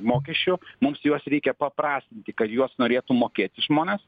mokesčių mus juos reikia paprastinti kad juos norėtų mokėti žmonės